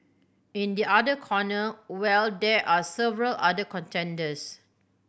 in the other corner well there are several other contenders